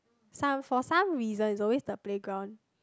some for some reasons is always the playground